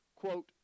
quote